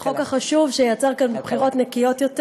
אנחנו עוברים לסעיף הבא.